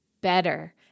better